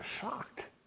shocked